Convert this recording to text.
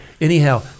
anyhow